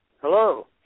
Hello